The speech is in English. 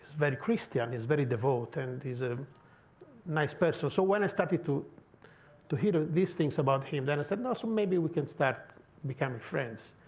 very christian. he is very devout. and he's a nice person. so when i started to to hear these things about him, then i said, no, so maybe we can start becoming friends.